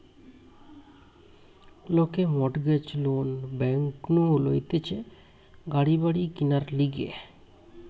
লোকে mortgage loan bank নু লইতেছে গাড়ি বাড়ি কিনার লিগে